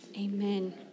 amen